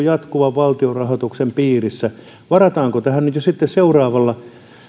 jatkuvan valtionrahoituksen piirissä varataanko tähän nyt jo sitten seuraavassa